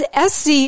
SC